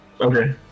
Okay